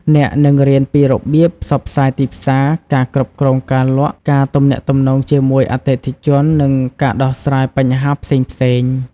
អ្នកនឹងរៀនពីរបៀបផ្សព្វផ្សាយទីផ្សារ ការគ្រប់គ្រងការលក់ ការទំនាក់ទំនងជាមួយអតិថិជន និងការដោះស្រាយបញ្ហាផ្សេងៗ។